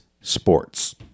Sports